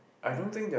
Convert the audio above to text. yeah